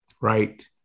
Right